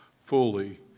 fully